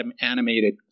animated